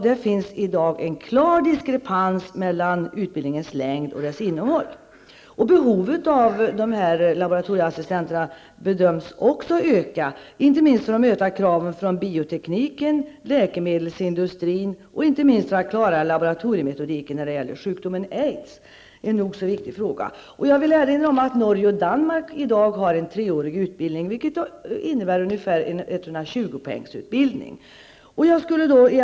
Det finns i dag en klar diskrepans mellan utbildningens längd och dess innehåll. Behovet av laboratorieassistenter förväntas också öka, inte minst för att möta kraven från biotekniken, från läkemedelsindustrin och för att klara laboratoriemetodiken när det gäller sjukdomen aids, vilket är en nog så viktig fråga. Jag vill erinra om att Norge och Danmark i dag har en treårig utbildning, vilket ungefär motsvarar en utbildning på 120 poäng.